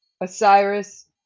Osiris